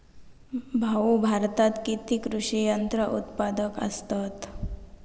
भाऊ, भारतात किती कृषी यंत्रा उत्पादक असतत